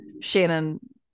shannon